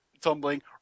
Tumbling